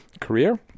career